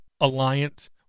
alliance